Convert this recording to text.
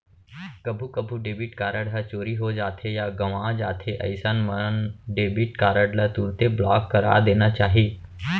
कभू कभू debit card ह चोरी हो जाथे या गवॉं जाथे अइसन मन डेबिट कारड ल तुरते ब्लॉक करा देना चाही